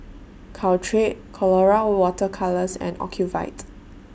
Caltrate Colora Water Colours and Ocuvite